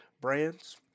brands